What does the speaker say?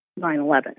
9-11